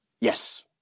Yes